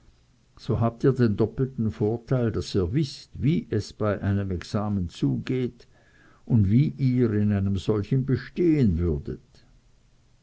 so habt ihr den doppelten vorteil daß ihr wißt wie es bei einem examen zugeht und wie ihr in einem solchen bestehen würdet